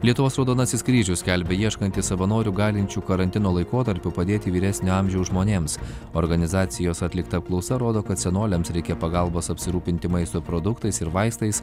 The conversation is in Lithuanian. lietuvos raudonasis kryžius skelbia ieškantis savanorių galinčių karantino laikotarpiu padėti vyresnio amžiaus žmonėms organizacijos atlikta apklausa rodo kad senoliams reikia pagalbos apsirūpinti maisto produktais ir vaistais